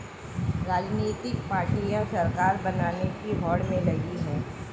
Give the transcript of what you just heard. राजनीतिक पार्टियां सरकार बनाने की होड़ में लगी हैं